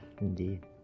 Indeed